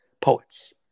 Poets